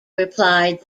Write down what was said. replied